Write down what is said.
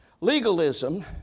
Legalism